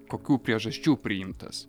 kokių priežasčių priimtas